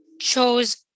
chose